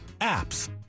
APPS